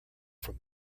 from